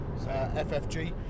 FFG